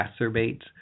exacerbate